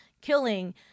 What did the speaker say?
killing